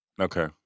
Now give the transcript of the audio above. Okay